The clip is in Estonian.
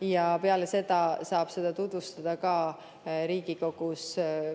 ja peale seda saab seda tutvustada ka Riigikogus